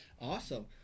Awesome